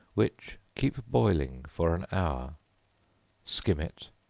which keep boiling for an hour skim it,